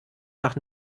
nach